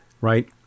Right